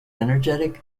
energetic